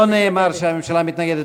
לא נאמר שהממשלה מתנגדת.